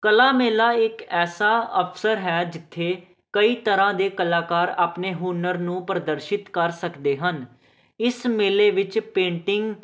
ਕਲਾ ਮੇਲਾ ਇੱਕ ਐਸਾ ਅਵਸਰ ਹੈ ਜਿੱਥੇ ਕਈ ਤਰ੍ਹਾਂ ਦੇ ਕਲਾਕਾਰ ਆਪਣੇ ਹੁਨਰ ਨੂੰ ਪ੍ਰਦਰਸ਼ਿਤ ਕਰ ਸਕਦੇ ਹਨ ਇਸ ਮੇਲੇ ਵਿੱਚ ਪੇਂਟਿੰਗ